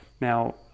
now